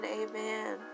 amen